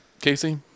Casey